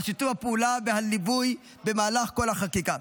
על שיתוף הפעולה והליווי במהלך כל החקיקה.